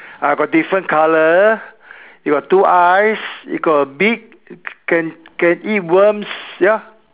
ah got different color it got two eyes it got a beak can can eat worms ya